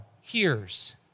hears